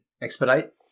Expedite